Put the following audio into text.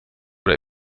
oder